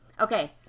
Okay